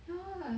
ya lor like